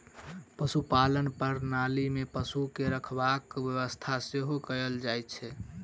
पशुपालन प्रणाली मे पशु के रखरखावक व्यवस्था सेहो कयल जाइत छै